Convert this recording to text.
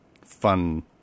fun